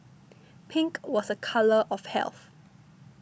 pink was a colour of health